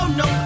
no